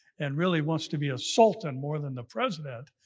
and really wants to be a sultan more than the president,